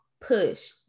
push